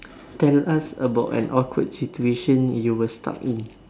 tell us about an awkward situation you were stuck in